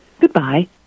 Goodbye